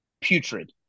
putrid